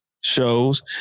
shows